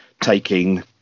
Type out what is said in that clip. taking